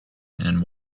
and